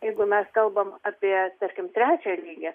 jeigu mes kalbam apie tarkim trečią lygį